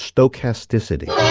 stochasticity